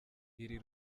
iri